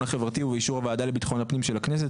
החברתי ובאישור הוועדה לביטחון הפנים של הכנסת,